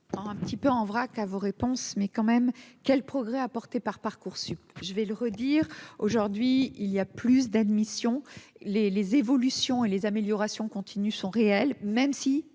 un petit peu en vrac à vos réponses, mais quand même, quel progrès apportés par Parcoursup je vais le redire aujourd'hui, il y a plus d'admission les les évolutions et les améliorations continues sont réels, même si,